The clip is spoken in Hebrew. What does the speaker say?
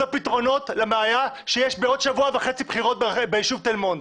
למצוא פתרונות לבעיה כאשר יש בעוד שבוע וחצי בחירות בישוב תל מונד,